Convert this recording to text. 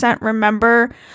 remember